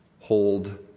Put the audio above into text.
hold